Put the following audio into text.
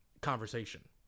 conversation